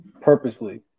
purposely